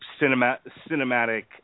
cinematic